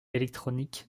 électronique